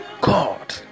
God